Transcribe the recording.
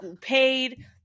paid